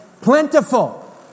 Plentiful